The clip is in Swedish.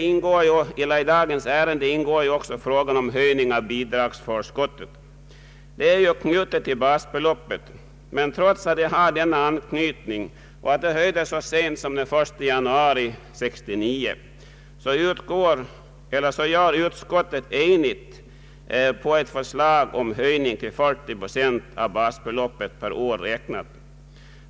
I dagens ärende ingår också frågan om höjning av bidragsförskottet. Detta är ju knutet till basbeloppet, men trots denna anknytning och trots att förskottet höjdes så sent som den 1 januari 1969, tillstyrker utskottet enhälligt ett förslag om en höjning till 40 procent av basbeloppet för år räknat.